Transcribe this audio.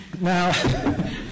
Now